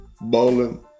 bowling